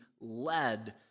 led